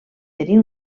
tenir